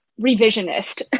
revisionist